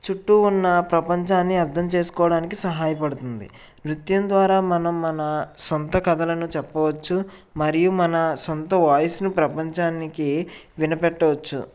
చుట్టూ ఉన్న ప్రపంచాన్ని అర్ధం చేసుకోవడానికి సహాయపడుతుంది నృత్యం ద్వారా మనం మన సొంత కథలను చెప్పవచ్చు మరియు మన సొంత వాయిస్ని ప్రపంచానికి వినపెట్టవచ్చు